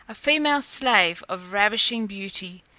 a female slave of ravishing beauty,